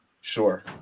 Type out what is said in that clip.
Sure